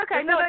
okay